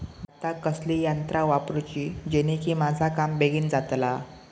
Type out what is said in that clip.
भातात कसली यांत्रा वापरुची जेनेकी माझा काम बेगीन जातला?